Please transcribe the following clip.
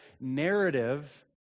narrative